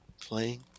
playing